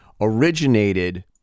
originated